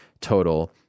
total